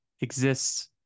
exists